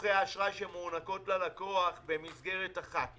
צורכי האשראי שמוענקים ללקוח במסגרת אחת.